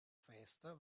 festa